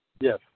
Yes